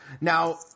Now